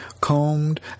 combed